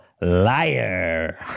liar